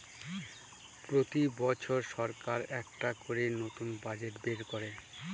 প্রতি বছর সরকার একটা করে নতুন বাজেট বের করে